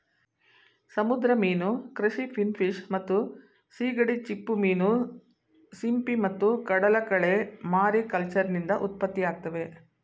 ಸಮುದ್ರ ಮೀನು ಕೃಷಿ ಫಿನ್ಫಿಶ್ ಮತ್ತು ಸೀಗಡಿ ಚಿಪ್ಪುಮೀನು ಸಿಂಪಿ ಮತ್ತು ಕಡಲಕಳೆ ಮಾರಿಕಲ್ಚರ್ನಿಂದ ಉತ್ಪತ್ತಿಯಾಗ್ತವೆ